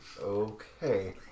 Okay